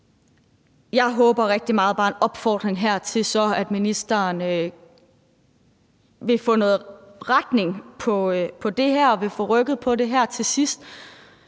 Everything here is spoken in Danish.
har her en opfordring til, at ministeren vil få noget retning på det her og vil